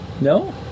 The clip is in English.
no